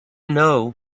know